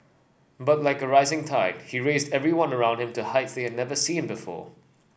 but like a rising tide he raised everyone around him to heights they never seen before